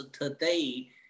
today